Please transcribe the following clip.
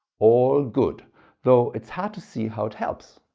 all good though it's hard to see how it helps.